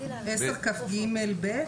10כג(ב)?